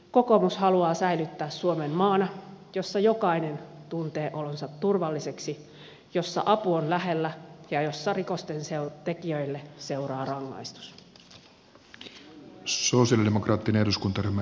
kokoomus haluaa säilyttää suomen maana jossa jokainen tuntee olonsa turvalliseksi jossa apu on lähellä ja jossa rikosten tekijöille seuraa rangaistus